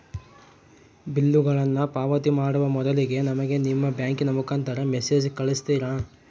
ಬಿಲ್ಲುಗಳನ್ನ ಪಾವತಿ ಮಾಡುವ ಮೊದಲಿಗೆ ನಮಗೆ ನಿಮ್ಮ ಬ್ಯಾಂಕಿನ ಮುಖಾಂತರ ಮೆಸೇಜ್ ಕಳಿಸ್ತಿರಾ?